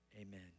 amen